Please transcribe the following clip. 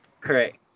correct